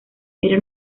era